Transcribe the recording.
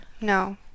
no